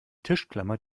tischklammer